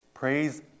Praise